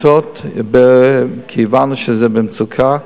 כיוון שהם במצוקה.